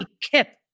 kip